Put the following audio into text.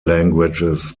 languages